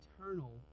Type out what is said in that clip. eternal